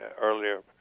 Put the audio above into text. earlier